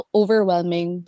overwhelming